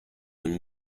and